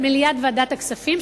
מליאת ועדת הכספים,